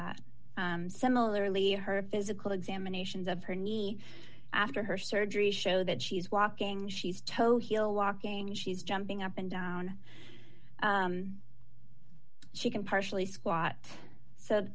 that similarly her physical examinations of her knee after her surgery show that she's walking she's tohil walking she's jumping up and down she can partially squat s